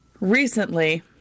recently